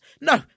No